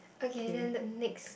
okay then the next